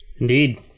Indeed